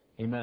Amen